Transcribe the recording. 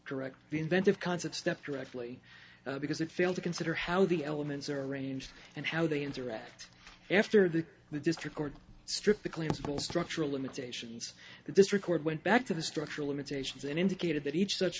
direct the inventive concept step directly because it failed to consider how the elements are arranged and how they interact after that the district court stripped the claims of all structural limitations this record went back to the structural limitations and indicated that each such